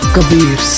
Kabir